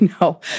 No